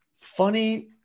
funny